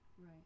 Right